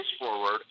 forward